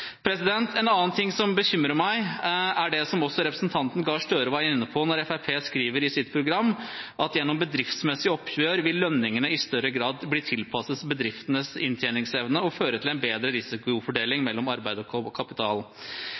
En annen ting som bekymrer meg, som også representanten Gahr Støre var inne på, er at Fremskrittspartiet skriver i sitt program: «Gjennom bedriftsmessige oppgjør vil lønningene i større grad tilpasses bedriftenes inntjeningsevne og føre til en bedre risikofordeling mellom arbeid og kapital.»